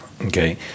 okay